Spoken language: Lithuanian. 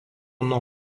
nuo